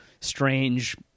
strange